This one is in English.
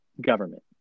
government